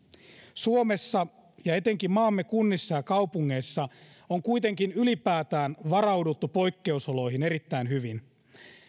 suomessa ja etenkin maamme kunnissa ja kaupungeissa on kuitenkin ylipäätään varauduttu poikkeusoloihin erittäin hyvin